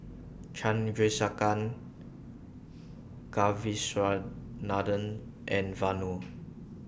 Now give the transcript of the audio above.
Chandrasekaran Kasiviswanathan and Vanu